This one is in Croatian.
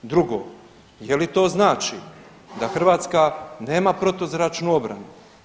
Drugo, je li to znači da Hrvatska nema protuzračnu obranu?